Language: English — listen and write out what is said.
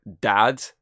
dad